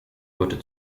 wurde